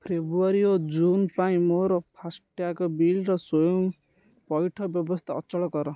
ଫେବୃଆରୀ ଓ ଜୁନ୍ ପାଇଁ ମୋର ଫାସ୍ଟ୍ୟାଗ୍ ବିଲର ସ୍ଵୟଂପଇଠ ବ୍ୟବସ୍ଥା ଅଚଳ କର